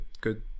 good